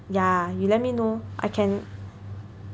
ya you let me know I can